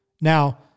Now